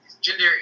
gender